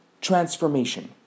transformation